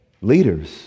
Leaders